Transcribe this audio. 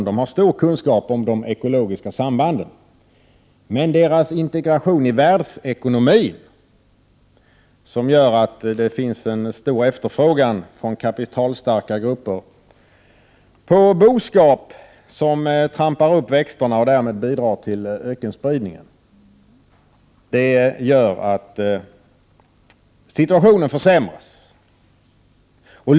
De har stor kunskap om de ekologiska sambanden, men deras integration i världsekonomin — där det finns en stor efterfrågan från kapitalstarka grupper på boskap, som trampar ned växterna och därmed bidrar till ökenspridningen — gör att situationen ändå försämras.